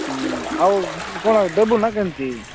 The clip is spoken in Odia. ଆଉ କ'ଣ ଦେବୁ ନା କେମିତି